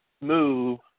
move